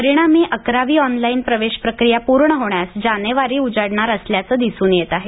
परिणामी अकरावी ऑनलाईन प्रवेश प्रक्रिया पूर्ण होण्यास जानेवारी उजाडणार असल्याचं दिसून येत आहे